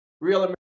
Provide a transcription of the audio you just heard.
Real